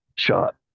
shot